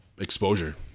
exposure